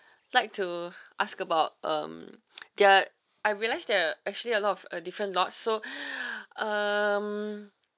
like to ask about um their I realize there're actually a lot of uh different lots so um